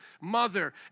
mother